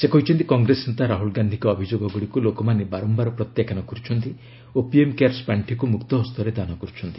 ସେ କହିଛନ୍ତି କଂଗ୍ରେସ ନେତା ରାହୁଲ ଗାନ୍ଧୀଙ୍କ ଅଭିଯୋଗଗୁଡ଼ିକୁ ଲୋକମାନେ ବାରମ୍ଭାର ପ୍ରତ୍ୟାଖ୍ୟାନ କରୁଛନ୍ତି ଓ ପିଏମ୍ କେୟାର୍ସ ପାର୍ଶିକୁ ମୁକ୍ତ ହସ୍ତରେ ଦାନ କରୁଛନ୍ତି